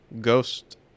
ghost